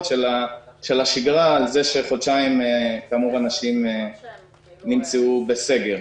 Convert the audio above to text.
בשגרה על כך שחודשיים אנשים נמצאו בסגר.